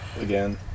Again